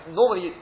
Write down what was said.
normally